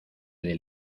del